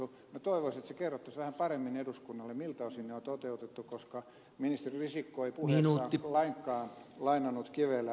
minä toivoisin että se kerrottaisiin vähän paremmin eduskunnalle miltä osin ne on toteutettu koska ministeri risikko ei puheessaan lainkaan lainannut kivelää